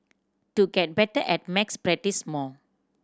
to get better at maths practise more